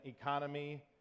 economy